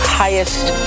highest